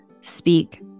speak